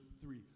three